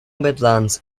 midlevels